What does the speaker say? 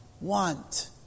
want